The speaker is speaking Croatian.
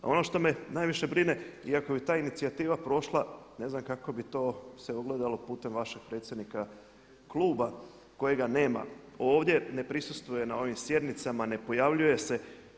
Ono što me najviše brine i ako bi ta inicijativa prošla ne znam kako bi to se ogledalo putem vašeg predsjednika kluba kojega nema ovdje, ne prisustvuje na ovim sjednicama, ne pojavljuje se.